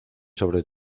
sobre